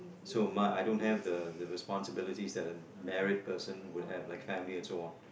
so my I don't have the the responsibility that a married person would have like family and so on